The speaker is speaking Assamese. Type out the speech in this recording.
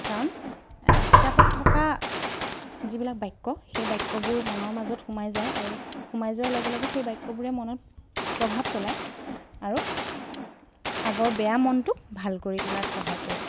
কাৰণ কিতাপত থকা যিবিলাক বাক্য সেই বাক্যবোৰ মনৰ মাজত সোমাই যায় আৰু সোমাই যোৱাৰ লগে লগে সেই বাক্যবোৰে মনত প্ৰভাৱ পেলায় আৰু আগৰ বেয়া মনটোক ভাল কৰি তোলাত সহায় কৰে